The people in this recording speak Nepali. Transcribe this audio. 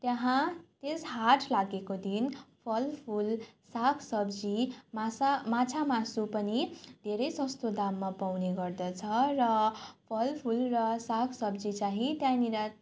त्यहाँ त्यस हाट लागेको दिन फलफुल सागसब्जी मासा माछा मासु पनि धेरै सस्तो दाममा पाउने गर्दछ र फलफुल र सागसब्जी चाहिँ त्यहाँनिर